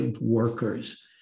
workers